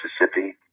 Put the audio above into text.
Mississippi